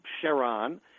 Sharon